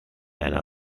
eine